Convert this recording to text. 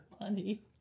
money